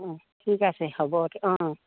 অঁ ঠিক আছে হ'ব অঁ